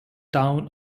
town